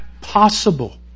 possible